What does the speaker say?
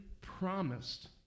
promised